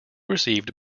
received